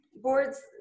boards